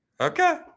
Okay